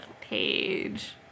page